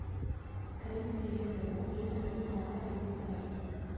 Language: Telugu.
ఖరీఫ్ సీజన్లలో ఏ పంటలు బాగా పండిస్తారు